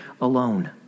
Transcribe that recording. alone